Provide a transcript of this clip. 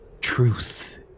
Truth